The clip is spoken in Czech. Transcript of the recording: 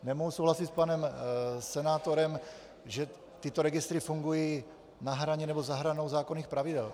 Nemohu souhlasit s panem senátorem, že tyto registry fungují na hraně nebo za hranou zákonných pravidel.